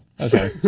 Okay